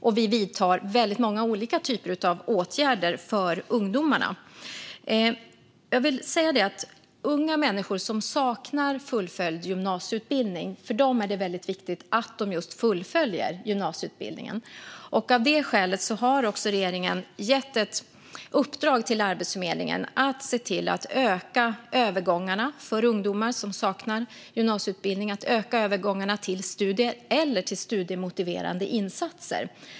Och vi vidtar väldigt många olika typer av åtgärder för ungdomarna. För unga människor som saknar fullföljd gymnasieutbildning är det väldigt viktigt att de fullföljer gymnasieutbildningen. Av det skälet har regeringen gett ett uppdrag till Arbetsförmedlingen att se till att öka övergångarna till studier eller studiemotiverande insatser för ungdomar som saknar gymnasieutbildning.